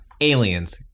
aliens